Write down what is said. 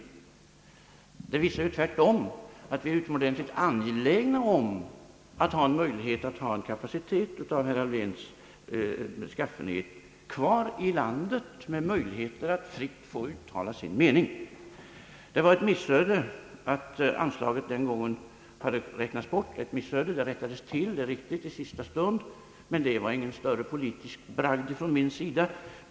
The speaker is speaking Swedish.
Tvärtom bestyrker det ju att vi är utomordentligt angelägna om att ha en kapacitet sådan som herr Alfvén kvar i landet, med möjligheter för honom att fritt uttala sin mening. Det var ett missöde att anslaget den gången hade räknats bort. Missödet rättades till i sista stund, det är riktigt, men detta var ingen större politisk bragd från min sida.